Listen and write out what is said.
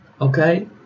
Okay